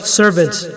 servants